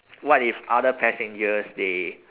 what if other passengers they